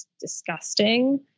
disgusting